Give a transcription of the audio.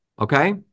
okay